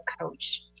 coach